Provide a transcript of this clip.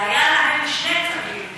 היו להם שני צווים,